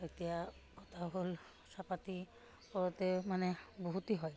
এতিয়া কথা হ'ল চাহপাততেই মানে বহুতেই হয়